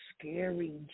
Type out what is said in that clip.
scary